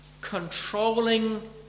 controlling